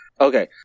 Okay